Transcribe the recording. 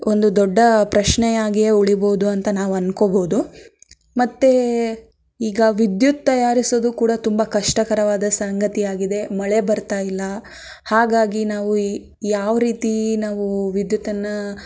ಒಂದು ದೊಡ್ಡ ಪ್ರಶ್ನೆಯಾಗಿಯೇ ಉಳಿಬೋದು ಅಂತ ನಾವು ಅನ್ಕೋಬೋದು ಮತ್ತೆ ಈಗ ವಿದ್ಯುತ್ ತಯಾರಿಸೋದು ಕೂಡ ತುಂಬ ಕಷ್ಟಕರವಾದ ಸಂಗತಿ ಆಗಿದೆ ಮಳೆ ಬರ್ತಾಯಿಲ್ಲ ಹಾಗಾಗಿ ನಾವು ಈ ಯಾವ ರೀತಿ ನಾವು ವಿದ್ಯುತ್ತನ್ನು